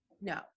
No